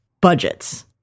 budgets